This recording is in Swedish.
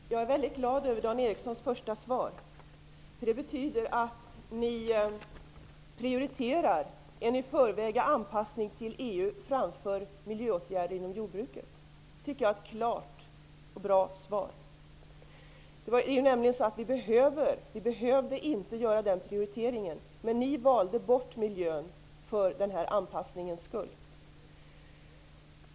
Fru talman! Jag är mycket glad över det första svaret från Dan Ericsson i Kolmården. Det betyder att ni prioriterar en anpassning till EU framför miljöåtgärder inom jordbruket. Det är ett klart och bra svar. Det är nämligen så att vi inte behövde göra den prioriteringen, men ni valde bort miljön för anpassningens skull.